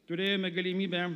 turėjome galimybę